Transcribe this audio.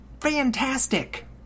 Fantastic